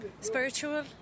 spiritual